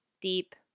deep